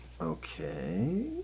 Okay